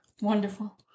Wonderful